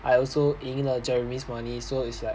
I also 赢了 jeremy's money so it's